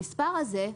המספר הזה,